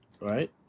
Right